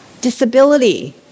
Disability